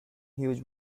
huge